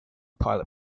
pilot